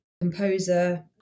composer